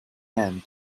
hand